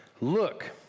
Look